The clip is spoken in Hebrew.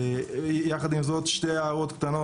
יחד עם זאת שתי הערות קטנות.